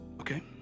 Okay